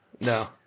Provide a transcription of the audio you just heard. No